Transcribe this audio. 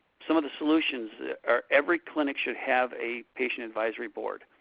some of the solutions are every clinic should have a patient advisory board.